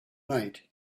night